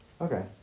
Okay